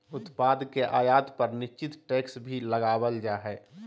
उत्पाद के आयात पर निश्चित टैक्स भी लगावल जा हय